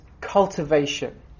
cultivation